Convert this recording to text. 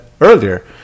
earlier